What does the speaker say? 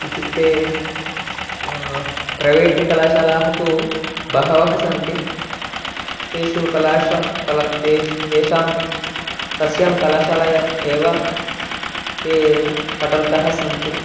इत्युक्ते प्रैवेट् कलाशालाः तु बह्व्यः सन्ति तेषु कलाश कला तेषां तेषां तस्यां कलाशालायां एव ते पठन्तः सन्ति